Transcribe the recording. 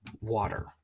water